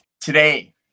Today